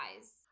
eyes